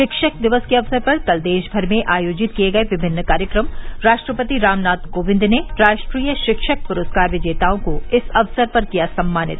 शिक्षक दिवस के अवसर पर कल देश भर में आयोजित किये गये विभिन्न कार्यक्रम राष्ट्रपति रामनाथ कोविंद ने राष्ट्रीय शिक्षक पुरस्कार विजेताओं को इस अवसर पर किया सम्मानित